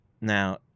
Now